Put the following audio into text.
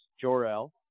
Jor-El